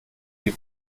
die